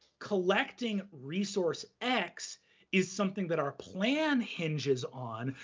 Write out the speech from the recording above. collecting resource x is something that our plan hinges on,